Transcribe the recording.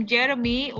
Jeremy